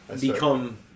become